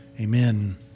Amen